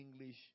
english